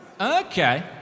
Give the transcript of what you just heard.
okay